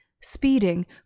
speeding